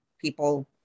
people